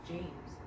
James